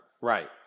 Right